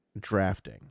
drafting